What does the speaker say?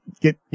get